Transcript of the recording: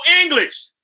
English